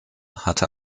hatte